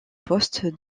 poste